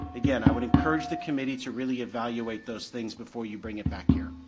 again, i would encourage the committee to really evaluate those things before you bring it back here.